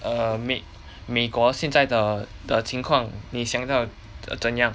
err 美美国现在的的情况你想到怎样